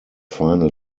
final